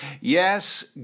Yes